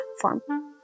Platform